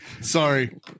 Sorry